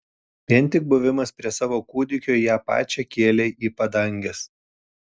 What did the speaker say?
vien tik buvimas prie savo kūdikio ją pačią kėlė į padanges